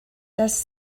does